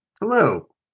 Hello